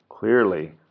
Clearly